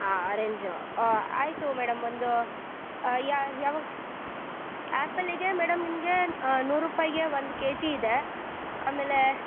ಹಾಂ ಆರೇಂಜು ಆಯಿತು ಮೇಡಮ್ ಒಂದು ಯಾವಾಗ ಆ್ಯಪಲಿಗೆ ಮೇಡಮ್ ನಿಮಗೆ ನೂರು ರೂಪಾಯಿಗೆ ಒಂದು ಕೆಜಿ ಇದೆ ಆಮೇಲೆ